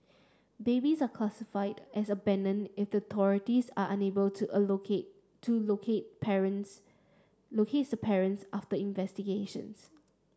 babies are classified as abandoned if the authorities are unable to a locate to locate parents locates parents after investigations